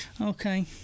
Okay